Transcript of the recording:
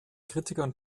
kritikern